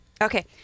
Okay